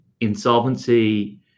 insolvency